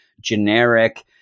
generic